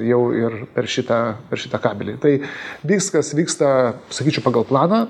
jau ir per šitą šitą kabelį tai viskas vyksta sakyčiau pagal planą